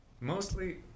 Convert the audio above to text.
mostly